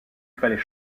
fallait